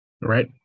right